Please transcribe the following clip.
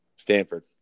Stanford